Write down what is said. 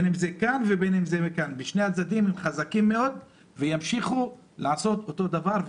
משני הצדדים ימשיכו לעשות אותו דבר,